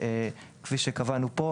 כפי שקבענו פה,